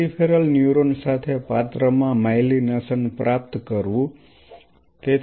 peripheral neuron સાથે પાત્ર માં માયલિનેશન પ્રાપ્ત કરવું